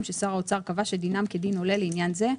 ששר האוצר קבע שדינם כדין עולה לעניין זה,